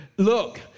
look